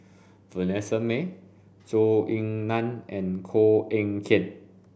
Vanessa Mae Zhou Ying Nan and Koh Eng Kian